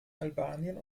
albanien